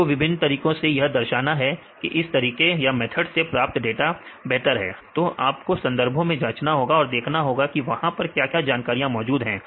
आपको विभिन्न तरीकों से यह दर्शना है की इस तरीके से प्राप्त डाटा बेहतर है तो आपको संदर्भों में जांचना होगा और देखना होगा कि वहां पर क्या क्या जानकारियां मौजूद है